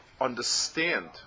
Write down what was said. understand